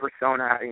persona